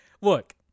look